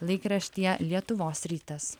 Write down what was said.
laikraštyje lietuvos rytas